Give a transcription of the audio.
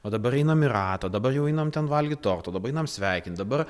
o dabar einam į ratą dabar jau einam ten valgyt torto dabar einam sveikint dabar